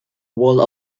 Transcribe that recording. wall